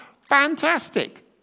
Fantastic